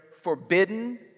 forbidden